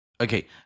Okay